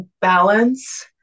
Balance